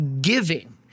giving